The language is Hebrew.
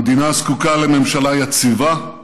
המדינה זקוקה לממשלה יציבה,